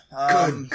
Good